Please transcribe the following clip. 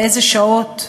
באיזה שעות.